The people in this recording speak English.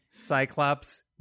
Cyclops